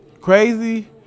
Crazy